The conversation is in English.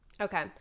Okay